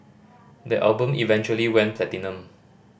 the album eventually went platinum